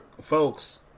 folks